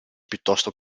piuttosto